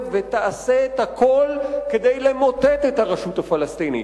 ותעשה את הכול כדי למוטט את הרשות הפלסטינית.